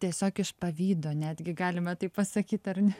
tiesiog iš pavydo netgi galima taip pasakyt ar ne